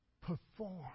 perform